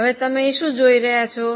હવે તમે અહીં શું જોઈ રહિયા છો